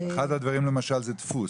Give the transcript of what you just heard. אחד הדברים למשל זה דפוס.